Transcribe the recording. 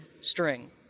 string